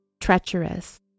treacherous